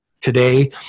today